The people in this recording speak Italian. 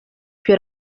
più